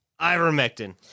Ivermectin